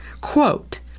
Quote